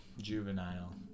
juvenile